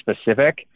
specific